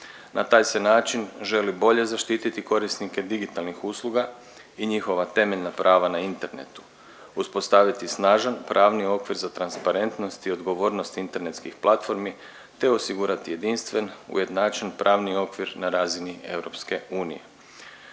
Na taj se način želi bolje zaštiti korisnike digitalnih usluga i njihova temeljna prava na internetu, uspostaviti snažan pravni okvir za transparentnost i odgovornost internetskih platformi te osigurati jedinstven ujednačen pravni okvir na razini EU.